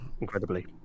incredibly